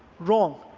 wrong.